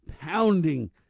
pounding